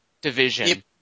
division